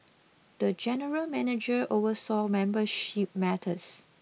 the general manager oversaw membership matters